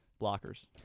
blockers